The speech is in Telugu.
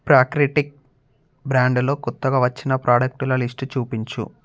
ప్రాక్రిటిక్ బ్రాండులో కొత్తగా వచ్చిన ప్రాడక్టుల లిస్టు చూపించు